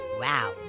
wow